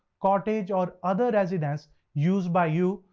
cottage, or other residence used by you,